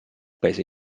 peso